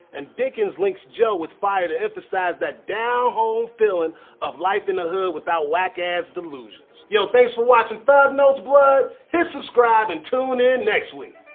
and dickens links joe with fire to emphasize that down-home feeling of a life in the hood without whack ass delusions. yo thanks for watchin thug notes, blood. hit subscribe and tune in next week!